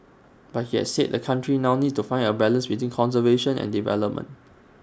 but he has said the country now needs to find A balance between conservation and development